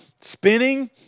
spinning